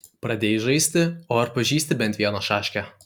pradėjai žaisti o ar pažįsti bent vieną šaškę